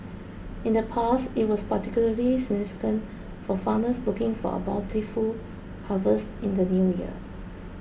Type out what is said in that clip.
in the past it was particularly significant for farmers looking for a bountiful harvest in the New Year